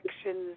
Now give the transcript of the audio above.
actions